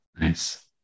Nice